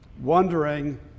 wondering